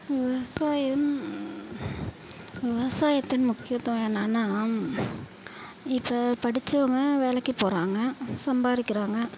விவசாயம் விவசாயத்தின் முக்கியத்துவம் என்னன்னா இப்போ படிச்சவங்க வேலைக்குப் போகிறாங்க சம்பாதிக்குறாங்க